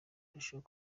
barushaho